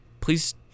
please